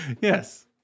Yes